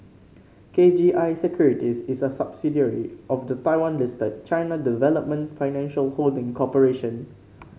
K G I Securities is a subsidiary of the Taiwan listed China Development Financial Holding Corporation